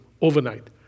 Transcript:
overnight